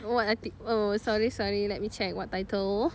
what arti~ oh sorry sorry let me check what title